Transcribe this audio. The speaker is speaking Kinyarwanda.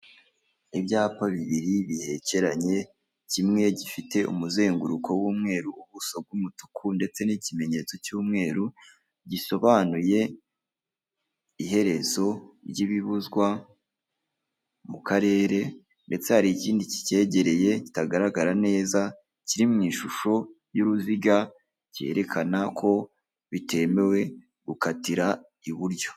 ibyapa bibiri bihekeranye, kimwe gifite umuzenguruko w'umweru, ubuso bw'umutuku ndetse n'ikimenyetso cy'umweru, gisobanuye iherezo ry'ibibuzwa mu karere ndetse hari ikindi kicyegereye kitagaragara neza kiri mu ishusho y'uruziga cyerekana ko bitemewe gukatira iburyo.